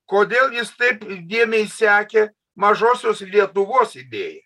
kodėl jis taip įdėmiai sekė mažosios lietuvos idėją